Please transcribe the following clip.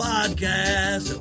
Podcast